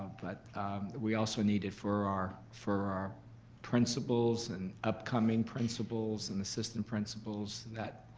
but we also need it for our for our principals, and upcoming principals, and assistant principals that,